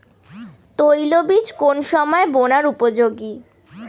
তৈল বীজ কোন সময় বোনার উপযোগী?